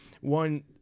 One